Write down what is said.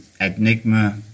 Enigma